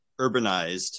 urbanized